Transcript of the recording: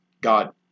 God